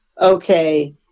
Okay